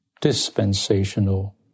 dispensational